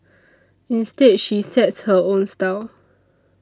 instead she sets her own style